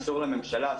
אסור לממשלה,